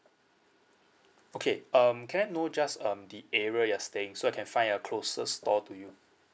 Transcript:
okay um can I know just um the area you're staying so I can find a closest store to you